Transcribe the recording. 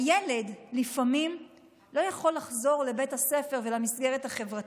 הילד לפעמים לא יכול לחזור לבית הספר ולמסגרת החברתית.